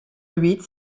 huit